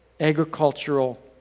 agricultural